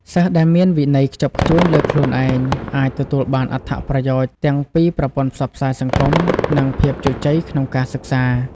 សិស្សដែលមានវិន័យខ្ជាប់ខ្ជួនលើខ្លួនឯងអាចទទួលបានអត្ថប្រយោជន៍ទាំងពីប្រព័ន្ធផ្សព្វផ្សាយសង្គម និងភាពជោគជ័យក្នុងការសិក្សា។